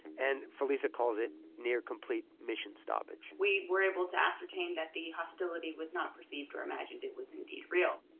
and felisa calls it near-complete mission stoppage we were able to ascertain that the hostility was not perceived or imagined. it was indeed real